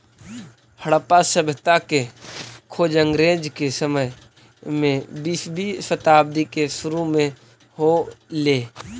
हड़प्पा सभ्यता के खोज अंग्रेज के समय में बीसवीं शताब्दी के सुरु में हो ले